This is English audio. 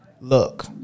look